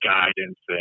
guidance